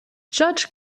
judge